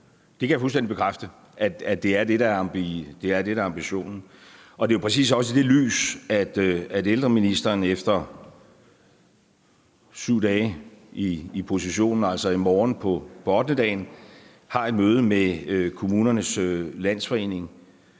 Jeg kan fuldstændig bekræfte, at det er det, der er ambitionen. Det er præcis også i det lys, at ældreministeren, der har været 7 dage på posten, i morgen, på ottendedagen, har et møde med Kommunernes Landsforening